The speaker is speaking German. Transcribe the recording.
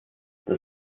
das